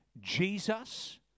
Jesus